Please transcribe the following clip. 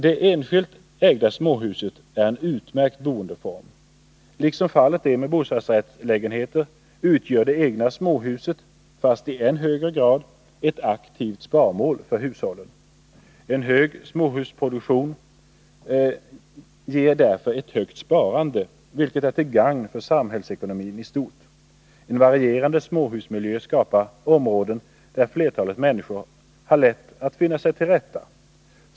Det enskilt ägda småhuset är en utmärkt boendeform. Liksom fallet är med bostadsrättslägenheter utgör det egna småhuset, fast i än högre grad, ett aktivt sparmål för hushållen. En hög småhusproduktion ger därför ett högt sparande, vilket är till gagn för samhällsekonomin i stort. En varierande småhusmiljö skapar områden, där flertalet människor har lätt att finna sig till rätta.